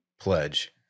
pledge